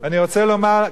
אני רוצה לומר,